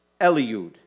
Eliud